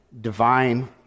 divine